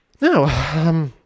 Now